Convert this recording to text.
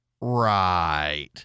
Right